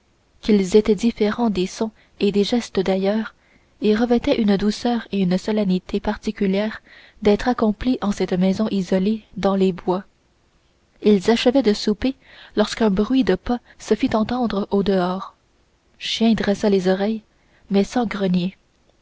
qu'ils étaient différents des sons et des gestes d'ailleurs et revêtaient une douceur et une solennité particulières d'être accomplis en cette maison isolée dans les bois ils achevaient de souper lorsqu'un bruit de pas se fit entendre au dehors chien dressa les oreilles mais sans grogner